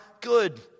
good